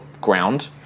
ground